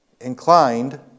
inclined